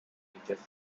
features